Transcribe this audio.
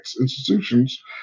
institutions